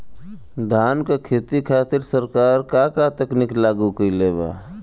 धान क खेती खातिर सरकार का का तकनीक लागू कईले बा?